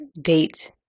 date